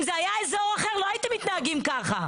אם זה היה אזור אחר לא הייתם מתנהגים ככה.